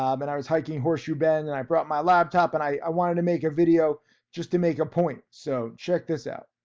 um and i was hiking horseshoe bend and i brought my laptop and i wanted to make a video just to make a point. so check this out.